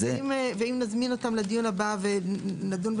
ואם נזמין אותם לדיון הבא ונדון בזה?